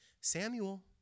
Samuel